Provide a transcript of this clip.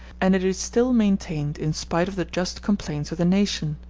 and it is still maintained in spite of the just complaints of the nation.